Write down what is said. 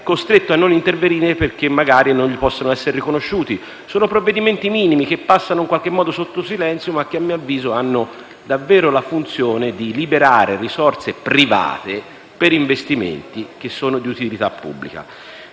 costretto a non intervenire perché magari non gli possono essere riconosciuti. Sono provvedimenti minimi che passano sotto silenzio, ma che a mio avviso hanno davvero la funzione di liberare risorse private per investimenti di utilità pubblica.